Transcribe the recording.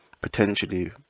potentially